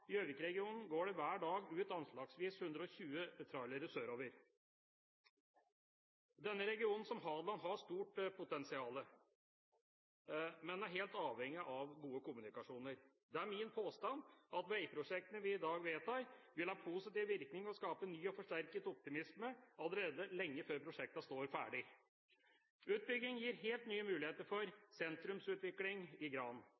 Gjøvik-regionen går det hver dag ut anslagsvis 120 trailere sørover. Denne regionen, som Hadeland, har stort potensial, men er helt avhengig av gode kommunikasjoner. Det er min påstand at veiprosjektene vi i dag vedtar, vil ha positiv virkning og skape ny og forsterket optimisme allerede lenge før prosjektene står ferdig. Utbyggingen gir helt nye muligheter for sentrumsutvikling i Gran.